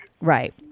Right